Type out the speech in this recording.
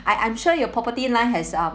I I'm sure your property line has um